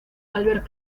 albert